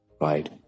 right